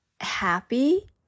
happy